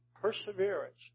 perseverance